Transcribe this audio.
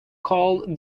call